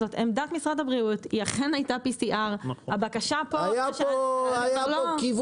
שעבדת משרד הבריאות אכן הייתה PCR. היה פה כיווץ